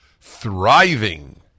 thriving